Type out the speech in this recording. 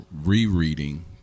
rereading